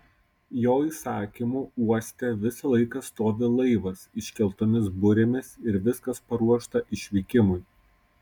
jo įsakymu uoste visą laiką stovi laivas iškeltomis burėmis ir viskas paruošta išvykimui